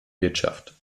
wirtschaft